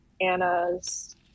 Anna's